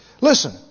Listen